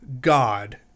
God